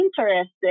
interested